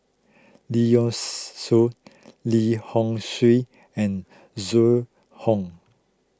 Lee Yocks Suan Lim Hock Siew and Zhu Hong